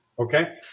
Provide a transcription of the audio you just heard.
Okay